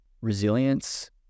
resilience